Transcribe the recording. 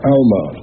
Alma